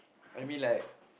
I mean like